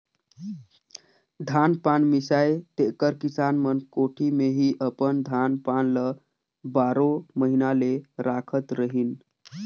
धान पान मिसाए तेकर किसान मन कोठी मे ही अपन धान पान ल बारो महिना ले राखत रहिन